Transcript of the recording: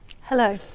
Hello